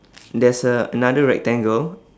there's a another rectangle